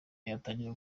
yatangira